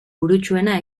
burutsuena